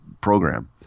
program